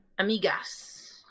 Amigas